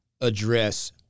address